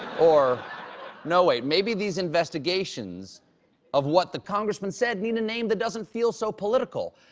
or no, wait, maybe these investigations of what the congressman said need a name that doesn't feel so political.